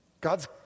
God's